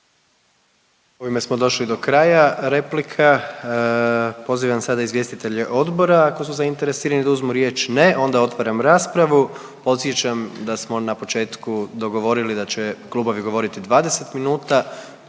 Ovime smo došli do kraja replika. Pozivam sada izvjestitelje odbora ako su zainteresirani da uzmu riječ? Ne. Onda otvaram raspravu, podsjećam da smo na početku dogovorili da će klubovi govoriti 20 minuta.